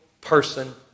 person